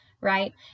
right